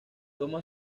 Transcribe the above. toma